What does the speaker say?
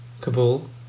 Kabul